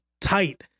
tight